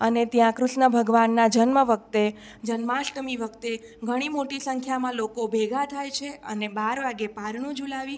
અને ત્યાં કૃષ્ણ ભગવાનના જન્મ વખતે જન્માષ્ટમી વખતે ઘણી મોટી સંખ્યામાં લોકો ભેગા થાય છે અને બારે વાગે પારણું ઝુલાવી